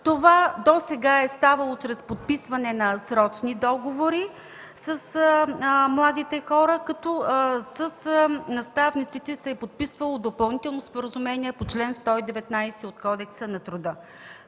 Това досега е ставало чрез подписване на срочни договори с младите хора, като с наставниците се е подписвало допълнително споразумение по чл. 119 от Кодекса на труда.